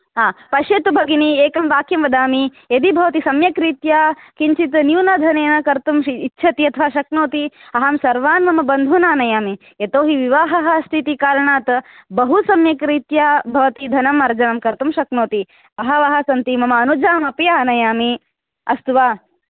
आ पश्यतु भगिनी एकं वाक्यं वदामि यदि भवति सम्यक् रीत्या किञ्चिद् न्यूनधनेन कर्तुम् इच्छति अथवा शक्नोति अहं सर्वान् मम बन्धून् आनयामि यतोहि विवाहः अस्ति इति कारणात् बहु सम्यक् रीत्या भवती धनम् अर्जनम् कर्तुं शक्नति बहवः सन्ति मम अनुजामपि आनयामि अस्तु वा